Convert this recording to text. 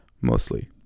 mostly